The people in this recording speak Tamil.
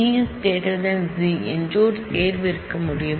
C 0 என்று ஒரு தேர்வு இருக்க முடியும்